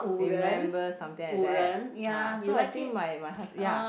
remember something like that ah so I think my my husb~ ya